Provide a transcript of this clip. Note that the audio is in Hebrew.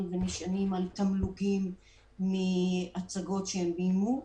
והם נשענים על תמלוגים מהצגות שהם ביימו.